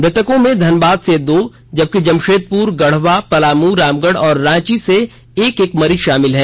मृतकों में धनबाद से दो जबकि जमशेदपुर गढ़वा पलामू रामगढ़ और रांची से एक एक मरीज शामिल है